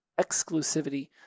exclusivity